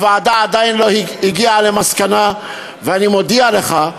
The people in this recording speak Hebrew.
הוועדה עדיין לא הגיעה למסקנה, ואני מודיע לך,